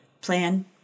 Plan